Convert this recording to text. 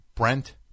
Brent